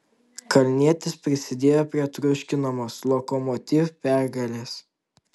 kalnietis prisidėjo prie triuškinamos lokomotiv pergalės